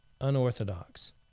unorthodox